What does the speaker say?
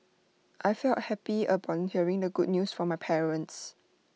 I felt happy upon hearing the good news from my parents